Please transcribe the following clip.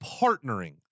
partnering